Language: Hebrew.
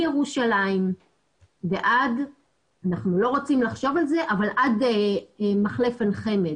מירושלים ועד - אנחנו לא רוצים לחשוב על זה מחלף עין חמד.